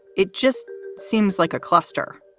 it just seems like a cluster